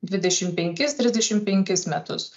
dvidešimt penkis trisdešimt penkis metus